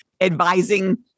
advising